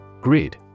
Grid